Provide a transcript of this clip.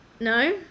no